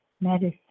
medicine